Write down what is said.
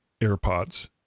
AirPods